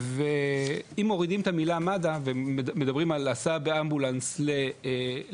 ואם מורידים את המילה מד"א ומדברים על הסעה באמבולנס לאשפוז,